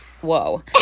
whoa